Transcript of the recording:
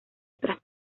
otras